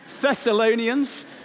Thessalonians